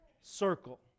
circle